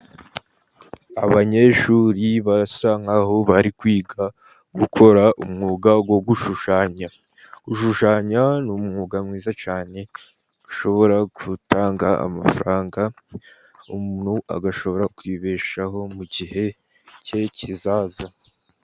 Abanyeshuri basa nkaho bari kwiga gukora umwuga wo gushushanya. Gushushanya ni umwuga mwiza cyane, ushobora gutanga amafaranga, umuntu agashobora kwibeshaho mu gihe cye kizaza.